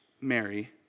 Mary